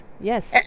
yes